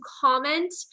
comment